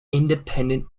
independent